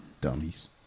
Dummies